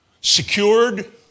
secured